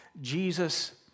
Jesus